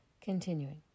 Continuing